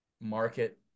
market